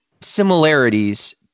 similarities